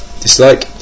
dislike